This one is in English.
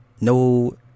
No